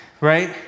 right